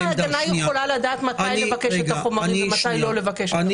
איך ההגנה יכולה לדעת מתי לבקש את החומרים ומתי לא לבקש את החומרים?